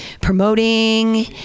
promoting